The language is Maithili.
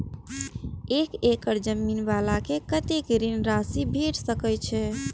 एक एकड़ जमीन वाला के कतेक ऋण राशि भेट सकै छै?